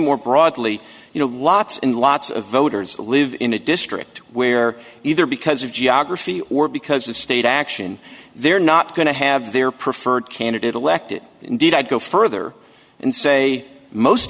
more broadly you know lots and lots of voters live in a district where either because of geography or because of state action they're not going to have their preferred candidate elected indeed i'd go further and say most